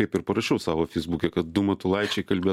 taip ir parašau savo feisbuke kad du matulaičiai kalbės